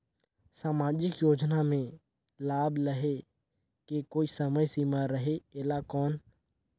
समाजिक योजना मे लाभ लहे के कोई समय सीमा रहे एला कौन?